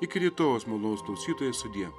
iki rytojaus malonūs klausytojai sudie